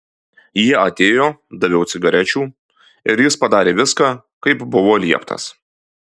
jie atėjo daviau cigarečių ir jis padarė viską kaip buvo lieptas